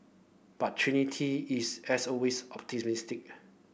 but Trinity is as always optimistic